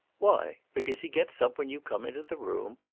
why? because he gets up when you come into the room?